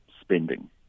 spending